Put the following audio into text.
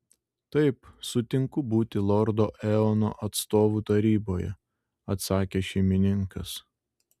taip sutinku būti lordo eono atstovu taryboje atsakė šeimininkas